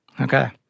Okay